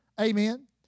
Amen